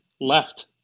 left